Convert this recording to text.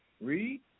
Read